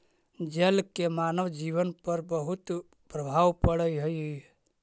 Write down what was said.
जल के मानव जीवन पर बहुत प्रभाव पड़ऽ हई